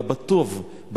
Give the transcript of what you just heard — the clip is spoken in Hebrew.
אלא בטוב,